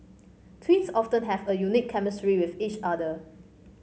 twins often have a unique chemistry with each other